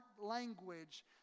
language